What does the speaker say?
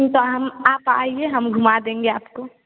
नहीं तो हम आप आइए हम घुमा देंगे आपको